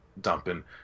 dumping